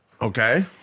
Okay